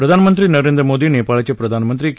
प्रधानमंत्री नरेंद्र मोदी नेपाळचे प्रधानमंत्री के